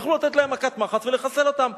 ויוכלו לתת להם מכת מחץ ולחסל אותם.